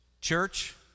Church